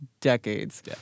decades